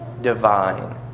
divine